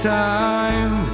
time